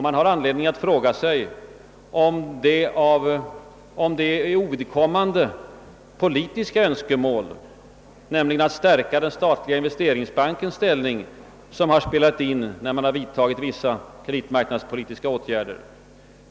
Man har anledning att fråga sig om det är ovidkommande politiska önskemål, nämligen att stärka den statliga Investeringsbankens ställning, som har spelat in när man vidtagit vissa kreditmarknadspolitiska åtgärder.